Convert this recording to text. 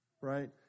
right